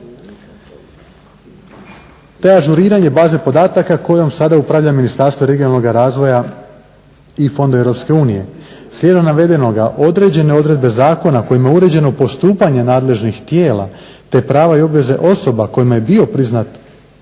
te ažuriranje baza podataka kojom sada upravlja Ministarstvo regionalnog razvoja i fondova EU. Slijedom navedenoga određene odredbe zakona kojima uređeno postupanje nadležnih tijela te prava i obveze osoba kojima je bio priznat